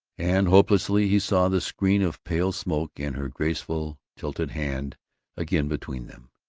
and hopelessly he saw the screen of pale smoke and her graceful tilted hand again between them.